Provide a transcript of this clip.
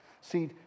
See